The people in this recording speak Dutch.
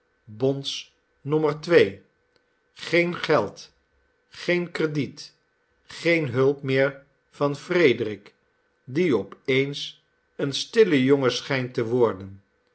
bons nommer twee geen geld geen crediet geene hulp meer van frederik die op eens een stille jongen schijnt te worden